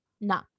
no